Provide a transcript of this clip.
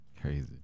Crazy